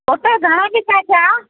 पोइ त घणा पैसा थिया